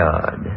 God